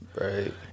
Right